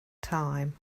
time